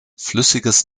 flüssiges